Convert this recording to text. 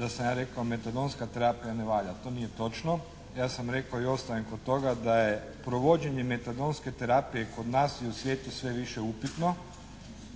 da sam ja rekao metadonska terapija ne valja. To nije točno. Ja sam rekao i ostaje kod toga da je provođenje metadonske terapije kod nas i u svijetu sve više upitno,